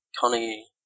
Connie